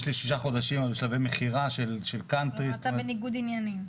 יש לי שישה חודשים בשלבי מכירה של קאונטרי --- אתה בניגוד עניינים.